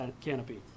canopy